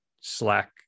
Slack